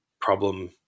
problem